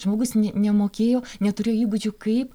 žmogus ne nemokėjo neturėjo įgūdžių kaip